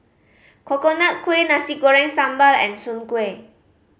Coconut Kuih Nasi Goreng Sambal and soon kway